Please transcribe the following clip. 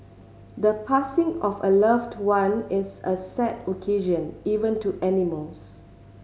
the passing of a loved one is a sad occasion even to animals